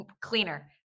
cleaner